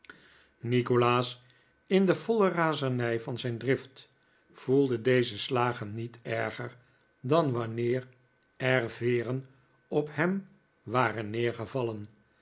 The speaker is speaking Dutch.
nikolaas in de voile razernij van zijn drift voelde deze slagen niet erger dan wanneer er veeren op hem waren